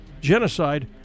Genocide